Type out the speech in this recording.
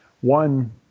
One